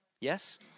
Yes